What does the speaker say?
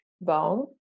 bone